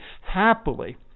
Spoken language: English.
happily